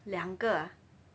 两个啊